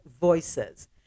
voices